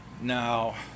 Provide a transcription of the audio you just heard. Now